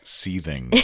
seething